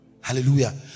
Hallelujah